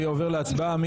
אין.